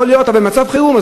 יכול להיות מצב חירום,